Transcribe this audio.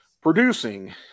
producing